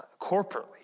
corporately